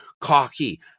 cocky